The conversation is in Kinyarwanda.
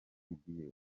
didier